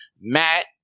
Matt